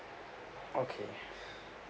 okay